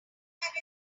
have